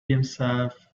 himself